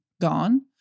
gone